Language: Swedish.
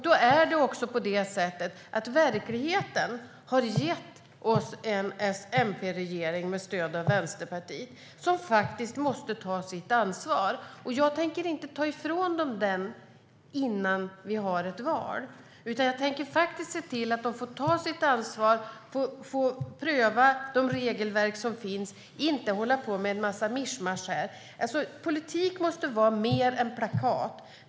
Då är det på det sättet att verkligheten har gett oss en S-MP-regering med stöd av Vänsterpartiet som faktiskt måste ta sitt ansvar. Jag tänker inte ta ifrån dem det innan vi har ett val, utan jag tänker se till att de får ta sitt ansvar och pröva de regelverk som finns och inte hålla på med en massa mischmasch här. Politik måste vara mer än plakat.